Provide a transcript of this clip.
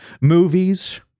Movies